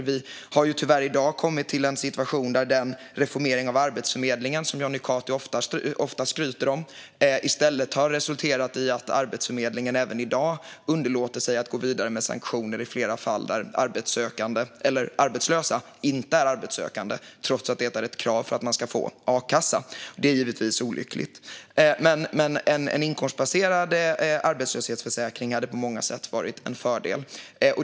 I dag har vi tyvärr kommit till en situation där den reformering av Arbetsförmedlingen som Jonny Cato ofta skryter om i stället har resulterat i att Arbetsförmedlingen även i dag underlåter att gå vidare med sanktioner i flera fall där arbetslösa inte är arbetssökande trots att det är ett krav för att man ska få a-kassa. Det är givetvis olyckligt. En inkomstbaserad arbetslöshetsförsäkring skulle på många sätt vara en fördel.